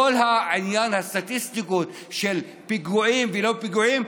כל עניין הסטטיסטיקות של פיגועים ולא פיגועים,